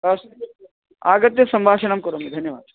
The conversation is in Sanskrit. अस्तु आगत्य सम्भाषणं करोमि धन्यवादः